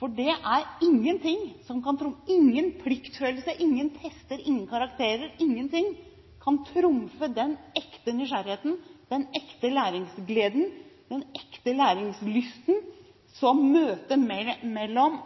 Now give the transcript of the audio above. for det er ingen pliktfølelse, ingen tester, ingen karakterer – ingenting – som kan trumfe den ekte nysgjerrigheten, den ekte læringsgleden, den ekte læringslysten, som møtet mellom